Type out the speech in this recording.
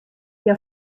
hja